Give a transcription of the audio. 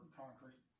concrete